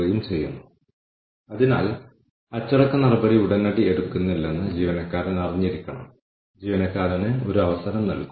പുരോഗതി നിരീക്ഷിക്കുക തുടർന്ന് വിടവുകൾ അടയ്ക്കുന്നതിന് പരിഹാരത്തിന്റെ ആഘാതം കണക്കാക്കി മൂല്യം കാണിക്കുക